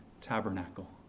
tabernacle